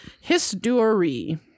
History